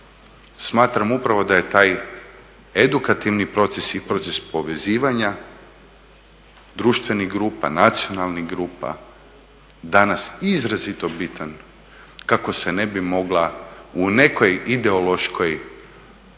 smatram upravo da je taj edukativni proces i proces povezivanja društvenih grupa, nacionalnih grupa danas izrazito bitan kako se ne bi mogla u nekoj ideološkoj